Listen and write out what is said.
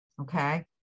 okay